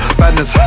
badness